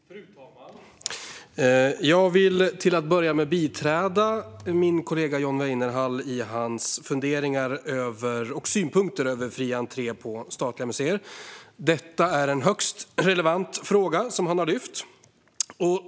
Fru talman! Jag vill till att börja med biträda min kollega John Weinerhall i hans funderingar över och synpunkter på fri entré på statliga museer. Det är en högst relevant fråga han har lyft upp.